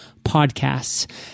podcasts